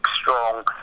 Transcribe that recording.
strong